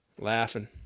laughing